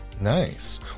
Nice